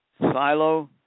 Silo